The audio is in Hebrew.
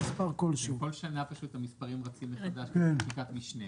כל שנה המספרים רצים מחדש בחקיקת משנה.